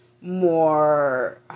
more